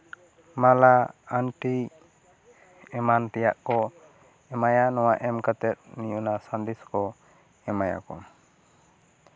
ᱢᱟᱞᱟ ᱟᱱᱴᱤ ᱮᱢᱟᱱ ᱛᱮᱭᱟᱜ ᱠᱚ ᱮᱢᱟᱭᱟ ᱱᱚᱣᱟ ᱮᱢ ᱠᱟᱛᱮ ᱩᱱᱤ ᱚᱱᱟ ᱥᱟᱸᱫᱮᱥ ᱠᱚ ᱮᱢᱟᱭᱟ ᱠᱚ